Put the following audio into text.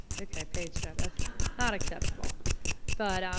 okay, page. that's not acceptable but,